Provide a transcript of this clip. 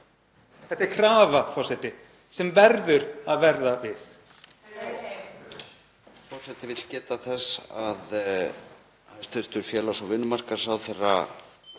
Þetta er krafa, forseti, sem verður að verða við.